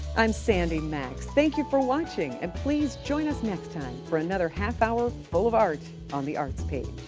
i'm sandy maxx, thank you for watching, and please join us next time for another half hour full of art on the arts page.